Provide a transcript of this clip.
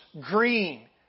green